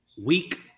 week